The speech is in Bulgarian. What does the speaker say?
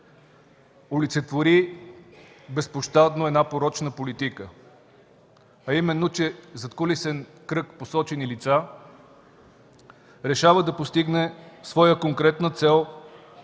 олицетвори безпощадно една порочна политика, а именно че задкулисен кръг посочени лица решава да постигне своя конкретна цел,